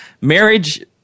marriage